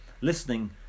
listening